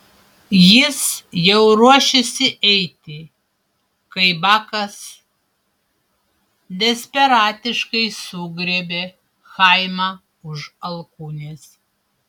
jis jau ruošėsi eiti kai bakas desperatiškai sugriebė chaimą už alkūnės